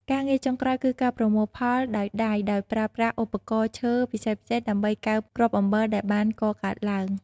ការងារចុងក្រោយគឺការប្រមូលផលដោយដៃដោយប្រើប្រាស់ឧបករណ៍ឈើពិសេសៗដើម្បីកើបគ្រាប់អំបិលដែលបានកកើតឡើង។